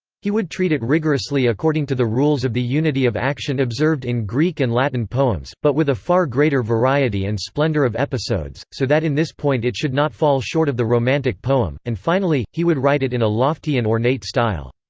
he would treat it rigorously according to the rules of the unity of action observed in greek and latin poems, but with a far greater variety and splendour of episodes, so that in this point it should not fall short of the romantic poem and finally, he would write it in a lofty and ornate style.